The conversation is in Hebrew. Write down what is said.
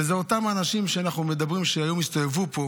ואלה אותם אנשים שאנחנו מדברים, שהיום הסתובבו פה